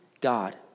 God